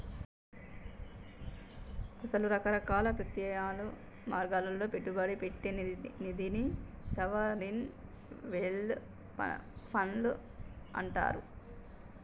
అసలు రకరకాల ప్రత్యామ్నాయ మార్గాల్లో పెట్టుబడి పెట్టే నిధిని సావరిన్ వెల్డ్ ఫండ్లు అంటారు